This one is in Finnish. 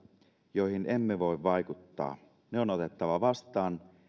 joihin emme voi vaikuttaa ne on otettava vastaan